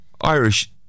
Irish